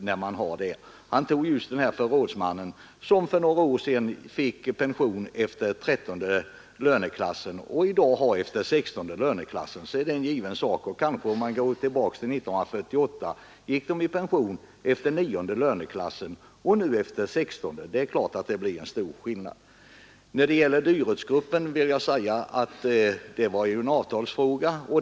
Herr Henmark nämnde en förrådsman som för några år sedan fick pension efter löneklass 13, medan pensionen i dag går efter löneklass 16. År 1948 gick den för övrigt efter löneklass 9. Det är klart att det blir en stor skillnad. Avskaffandet av dyrortsgrupp 3 var ju en avtalsfråga.